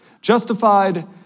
Justified